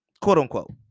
Quote-unquote